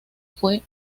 fue